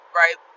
right